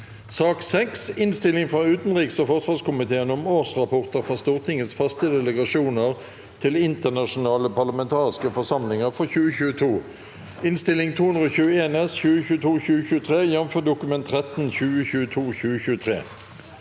Innstilling fra utenriks- og forsvarskomiteen om Årsrapporter fra Stortingets faste delegasjoner til inter- nasjonale parlamentariske forsamlinger for 2022 (Innst. 221 S (2022–2023), jf. Dokument 13 (2022–2023))